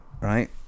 right